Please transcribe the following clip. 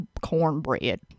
cornbread